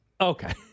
Okay